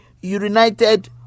united